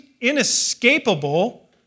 inescapable